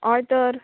हय तर